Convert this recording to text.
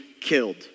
killed